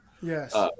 Yes